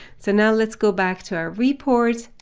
so now let's go back to our reports.